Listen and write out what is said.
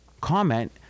comment